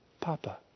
papa